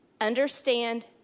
understand